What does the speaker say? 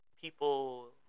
people